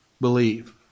believe